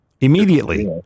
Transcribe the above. Immediately